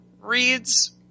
reads